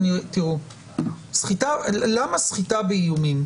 תראו, למה סחיטה באיומים?